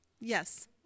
Yes